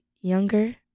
younger